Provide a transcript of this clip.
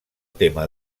tema